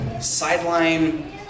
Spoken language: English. sideline